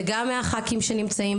וגם מהח"כים שנמצאים,